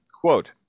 quote